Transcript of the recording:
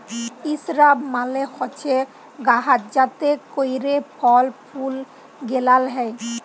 ইসরাব মালে হছে গাহাচ যাতে ক্যইরে ফল ফুল গেলাল হ্যয়